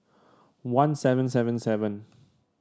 one seven seven seven